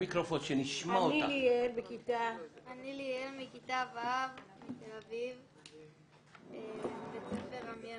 אני ליאל מכיתה ו' מתל אביב, בית ספר "עמיאל